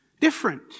different